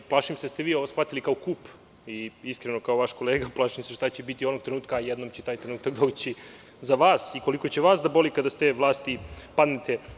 Plašim da ste vi ovo shvatili kao kup i iskreno, kao vaš kolega, plašim se šta će biti onog trenutka, a jednom će taj trenutak doći, za vas i koliko će vas da boli kada sa te vlasti padnete.